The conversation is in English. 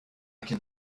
can